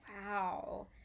Wow